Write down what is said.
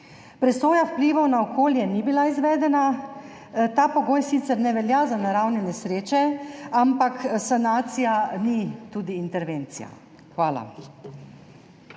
Presoja vplivov na okolje ni bila izvedena. Ta pogoj sicer ne velja za naravne nesreče, ampak sanacija ni tudi intervencija. Hvala.